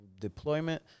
deployment